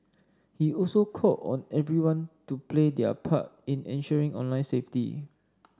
he also call on everyone to play their part in ensuring online safety